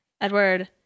Edward